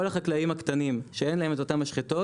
כל החקלאים הקטנים שאין להם את אותן משחטות